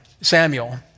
Samuel